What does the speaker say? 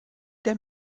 der